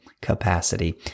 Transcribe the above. capacity